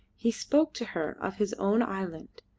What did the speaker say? he spoke to her of his own island,